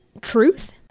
truth